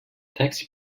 taxi